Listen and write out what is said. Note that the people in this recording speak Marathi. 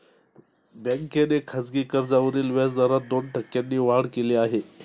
बँकेने खासगी कर्जावरील व्याजदरात दोन टक्क्यांनी वाढ केली आहे